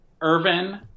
Irvin